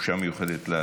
הוראת שעה, חרבות ברזל) (חופשה מיוחדת לאסיר).